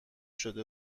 شده